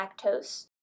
lactose